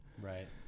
Right